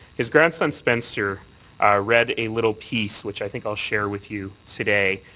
his grandson spencer read a little piece which i think i'll share with you today.